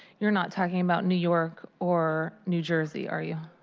you're not talking about new york or new jersey, are you?